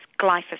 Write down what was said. glyphosate